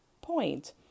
Point